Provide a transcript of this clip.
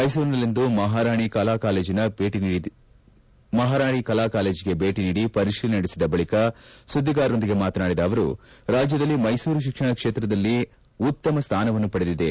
ಮೈಸೂರಿನಲ್ಲಿಂದು ಮಹಾರಾಣಿ ಕಲಾ ಕಾಲೇಜಿಗೆ ಭೇಟಿ ನೀಡಿ ಪರಿಶೀಲನೆ ನಡೆಸಿದ ಬಳಿಕ ಸುದ್ದಿಗಾರರೊಂದಿಗೆ ಮಾತನಾಡಿದ ಅವರು ರಾಜ್ಯದಲ್ಲಿ ಮೈಸೂರು ಶಿಕ್ಷಣ ಕ್ಷೇತ್ರದಲ್ಲಿ ಉತ್ತಮ ಸ್ಥಾನವನ್ನು ಪಡೆದಿದೆ